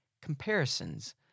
comparisons